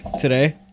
today